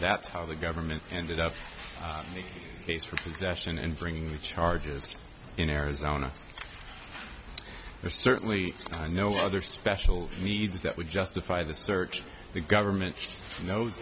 that's how the government ended up the case for possession and bringing the charges in arizona there's certainly no other special needs that would justify that search the government knows